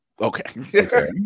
Okay